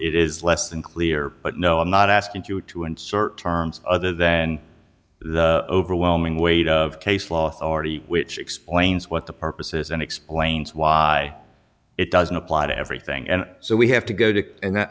it is less than clear but no i'm not asking you to insert terms other than the overwhelming weight of case law authority which explains what the purposes and explains why it doesn't apply to everything and so we have to go to and i